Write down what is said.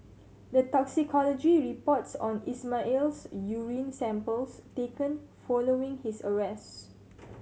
the toxicology reports on Ismail's urine samples taken following his arrest